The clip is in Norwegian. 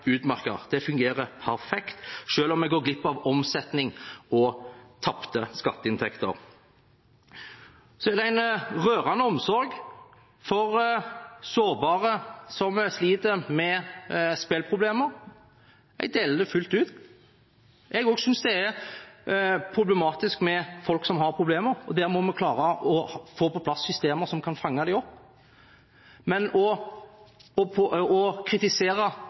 perfekt – selv om vi går glipp av omsetning og taper skatteinntekter. Det er også en rørende omsorg for sårbare som sliter med spilleproblemer. Jeg deler det fullt ut. Jeg synes også det er problematisk med folk som har problemer, og vi må klare å få på plass systemer som kan fange dem opp. Men å kritisere Fremskrittspartiet og